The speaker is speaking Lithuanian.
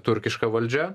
turkiška valdžia